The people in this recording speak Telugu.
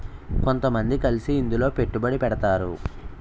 కొంతమంది కలిసి ఇందులో పెట్టుబడి పెడతారు